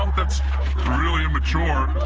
um that's really immature.